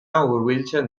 hurbiltzen